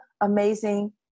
amazing